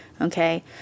Okay